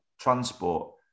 transport